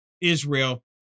Israel